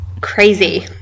crazy